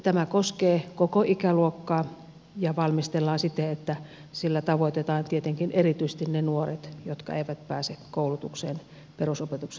tämä koskee koko ikäluokkaa ja valmistellaan siten että sillä tavoitetaan tietenkin erityisesti ne nuoret jotka eivät pääse koulutukseen perusopetuksen jälkeen